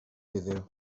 heddiw